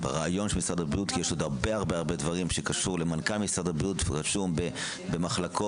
יש עוד הרבה דברים שקשור למנכ"ל משרד הבריאות ורשום במחלקות,